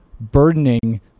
burdening